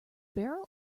barrel